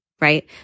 right